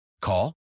Call